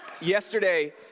Yesterday